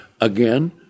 again